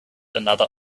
another